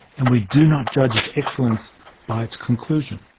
and we do not judge its excellence by its conclusion.